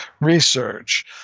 research